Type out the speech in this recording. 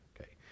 okay